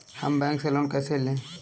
हम बैंक से लोन कैसे लें?